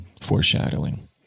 foreshadowing